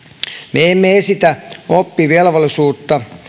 me emme esitä oppivelvollisuutta